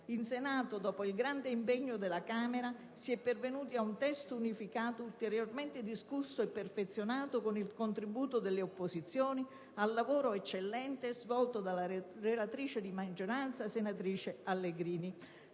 In Senato, dopo il grande impegno della Camera, si è pervenuti ad un testo unificato, ulteriormente discusso e perfezionato con il contributo delle opposizioni, grazie al lavoro eccellente svolto dalla relatrice, senatrice Allegrini.